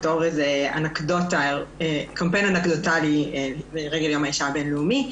בתור איזה קמפיין אנקדוטלי לרגל יום האישה הבין-לאומי.